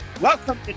Welcome